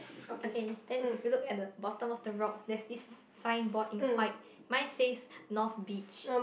okay then if you look at the bottom of the rock there's this signboard in white mine says north beach